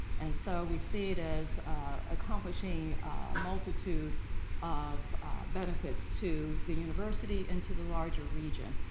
and so we see it as accomplishing a multitude of benefits to the university into the larger region.